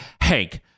Hank